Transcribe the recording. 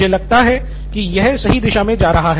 मुझे लगता है कि यह सही दिशा में जा रहा है